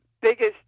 biggest